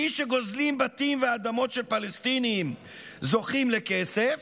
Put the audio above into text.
מי שגוזלים בתים ואדמות של פלסטינים זוכים לכסף,